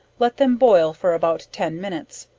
let them boil for about ten minutes,